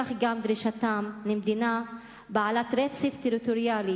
כך גם דרישתם למדינה בעלת רצף טריטוריאלי